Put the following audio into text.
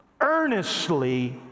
earnestly